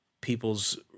people's